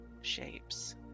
shapes